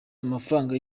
amafranga